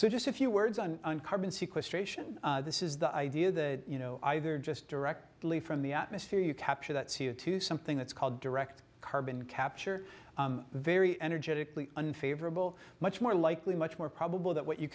so just a few words on carbon sequestration this is the idea that you know either just directly from the atmosphere you capture that c o two something that's called direct carbon capture very energetically unfavorable much more likely much more probable that what you